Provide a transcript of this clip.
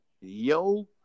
Yo